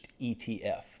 ETF